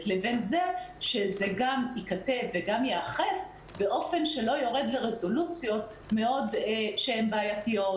לבין שזה גם ייכתב וגם ייאכף באופן שלא יורד לרזולוציות שהן בעייתיות,